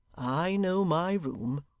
i know my room